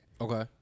Okay